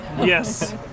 Yes